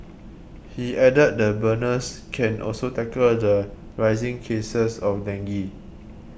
he added the burners can also tackle the rising cases of dengue